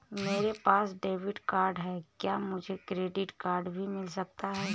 मेरे पास debit card है क्या मुझे क्रेडिट कार्ड भी मिल सकता है?